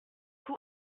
who